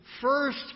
first